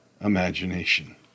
imagination